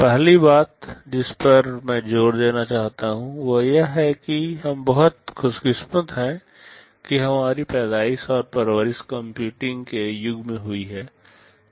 पहली बात जिस पर मैं जोर देना चाहता हूं वह यह है कि हम बहुत खुशकिस्मत हैं कि हमारी पैदाइश और परवरिश कंप्यूटिंग के युग में हुई है